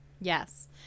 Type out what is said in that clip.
Yes